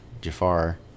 Jafar